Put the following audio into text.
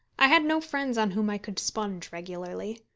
i had no friends on whom i could sponge regularly.